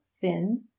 thin